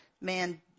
Man